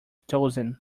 dozen